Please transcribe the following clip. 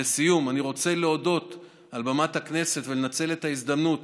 לסיום, אני רוצה לנצל את ההזדמנות